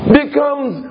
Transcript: becomes